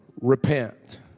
repent